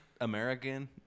American